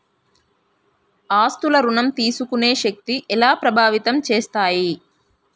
ఆస్తుల ఋణం తీసుకునే శక్తి ఎలా ప్రభావితం చేస్తాయి?